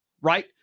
right